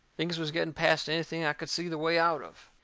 things was getting past anything i could see the way out of.